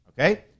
Okay